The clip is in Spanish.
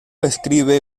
escribe